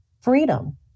freedom